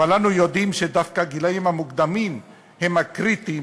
אבל אנו יודעים שדווקא הגילים המוקדמים הם הקריטיים